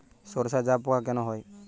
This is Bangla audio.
সর্ষায় জাবপোকা কেন হয়?